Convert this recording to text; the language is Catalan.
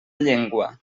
llengua